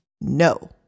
No